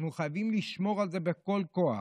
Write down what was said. אנחנו חייבים לשמור על זה בכל כוח.